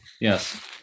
yes